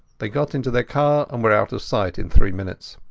they got into their car and were out of sight in three minutes.